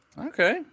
Okay